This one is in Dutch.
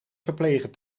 verpleger